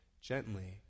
gently